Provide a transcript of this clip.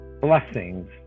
blessings